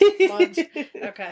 Okay